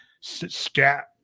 Scat